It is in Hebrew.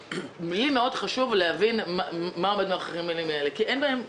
חשוב לי מאוד להבין מה עומד מאחורי המילים האלה כי אין בהן,